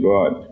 God